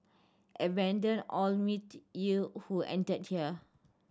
abandon all mirth ye who enter here